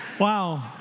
Wow